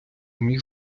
міг